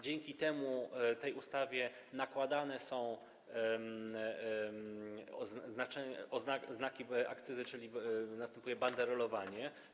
Dzięki temu, tej ustawie nakładane są znaki akcyzy, czyli następuje banderolowanie.